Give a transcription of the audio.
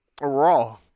raw